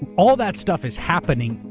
all that stuff is happening,